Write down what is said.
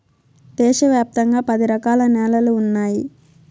దేశ వ్యాప్తంగా పది రకాల న్యాలలు ఉన్నాయి